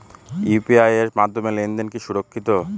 UPI এর মাধ্যমে লেনদেন কি সুরক্ষিত?